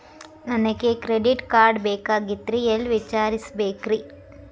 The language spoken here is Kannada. ನನಗೆ ಕ್ರೆಡಿಟ್ ಕಾರ್ಡ್ ಬೇಕಾಗಿತ್ರಿ ಎಲ್ಲಿ ವಿಚಾರಿಸಬೇಕ್ರಿ?